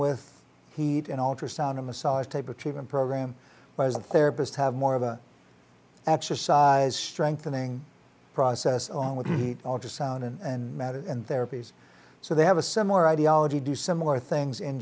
with heat and alter sound a massage table treatment program but as a therapist have more of an exercise strengthening process on with heat ultrasound and matter and therapies so they have a similar ideology do similar things in